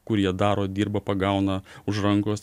kur jie daro dirba pagauna už rankos